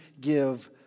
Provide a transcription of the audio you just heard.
give